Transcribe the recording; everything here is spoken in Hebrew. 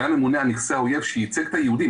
היה ממונה על נכסי האויב שייצג את היהודים.